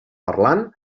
parlant